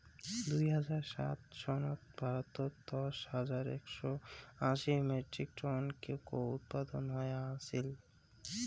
দুই হাজার সাত সনত ভারতত দশ হাজার একশও আশি মেট্রিক টন কোকো উৎপাদন হয়া আছিল